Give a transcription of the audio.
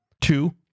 Two